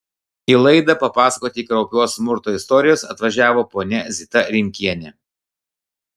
į laidą papasakoti kraupios smurto istorijos atvažiavo ponia zita rimkienė